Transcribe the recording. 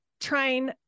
trying